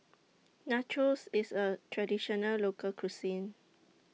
Nachos IS A Traditional Local Cuisine